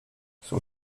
son